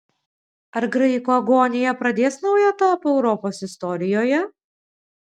ar graikų agonija pradės naują etapą europos istorijoje